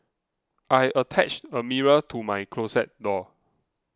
I attached a mirror to my closet door